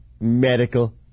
medical